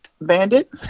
bandit